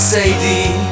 Sadie